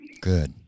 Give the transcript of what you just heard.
Good